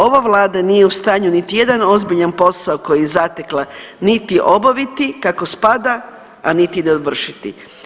Ova Vlada nije u stanju niti jedan ozbiljan posao koji je zatekla niti obaviti kako spada, a niti dovršiti.